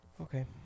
Okay